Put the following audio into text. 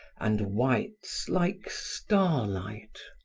and whites like star light.